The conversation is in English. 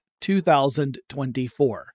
2024